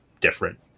different